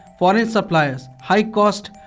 foreign suppliers, high cost,